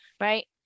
right